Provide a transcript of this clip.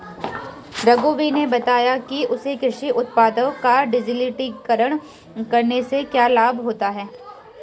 रघुवीर ने बताया कि उसे कृषि उत्पादों का डिजिटलीकरण करने से क्या लाभ होता है